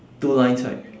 two lines right